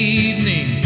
evening